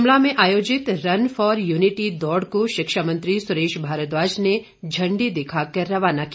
शिमला में आयोजित run for unity दौड़को शिक्षा मंत्री सुरेश भारद्वाज ने झण्डी दिखाकर रवाना किया